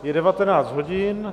Je 19 hodin.